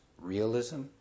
realism